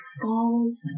falls